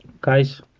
guys